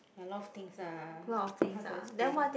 a lot of things ah hard to explain